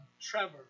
Trevor